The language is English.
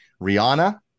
rihanna